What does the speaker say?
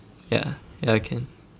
ya ya can